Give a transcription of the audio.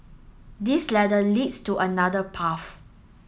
this ladder leads to another path